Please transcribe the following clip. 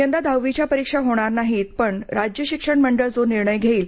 यंदा दहावीच्या परीक्षा होणार नाहीत पण राज्य शिक्षण मंडळ जो निर्णय घेईल